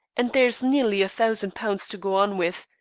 and there is nearly a thousand pounds to go on with.